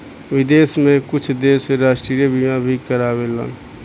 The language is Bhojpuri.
विदेश में कुछ देश राष्ट्रीय बीमा भी कारावेलन